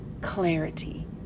Clarity